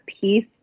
piece